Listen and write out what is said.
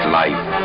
life